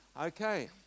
Okay